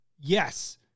yes